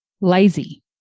lazy